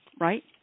right